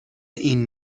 این